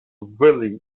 willie